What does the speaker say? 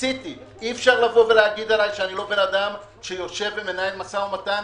אי אפשר לומר עליי שאיני אדם שמנהל משא ומתן.